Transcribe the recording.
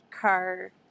car